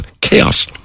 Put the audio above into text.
chaos